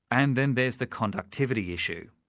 and then there's the conductivity issue.